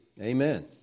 Amen